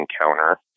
encounter